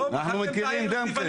אנחנו מכירים גם כן.